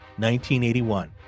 1981